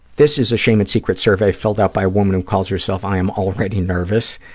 this is a shame and secrets survey filled out by a woman who calls herself i am already nervous,